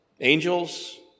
angels